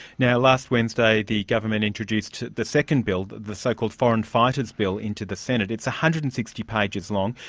yeah last wednesday the government introduced the second bill, the the so-called foreign fighters bill, into the senate. it's one hundred and sixty pages long.